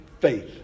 faith